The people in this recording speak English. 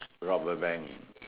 rob a bank